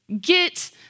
get